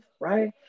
right